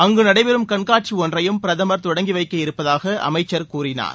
அங்கு நடைபெறும் கண்காட்சி ஒன்றையும் பிரதமர் தொடங்கி வைக்க இருப்பதாக அமைச்சர் கூறினார்